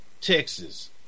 Texas